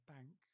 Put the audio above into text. Bank